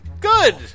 Good